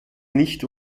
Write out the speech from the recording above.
nicht